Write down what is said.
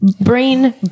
Brain